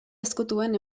ezkutuen